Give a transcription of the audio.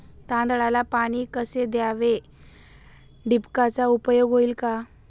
तांदळाला पाणी कसे द्यावे? ठिबकचा उपयोग होईल का?